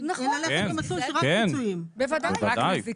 אם היה לך את המסלול של רק פיצויים.